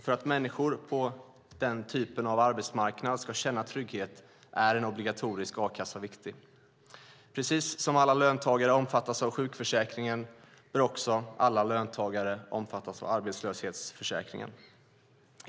För att människor på den typen av arbetsmarknad ska känna trygghet är en obligatorisk a-kassa viktig. Precis som alla löntagare omfattas av sjukförsäkringen bör också alla löntagare omfattas av arbetslöshetsförsäkringen.